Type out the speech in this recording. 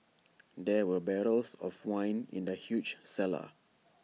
there were barrels of wine in the huge cellar